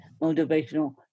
motivational